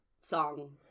song